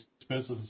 expenses